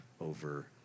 over